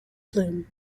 plume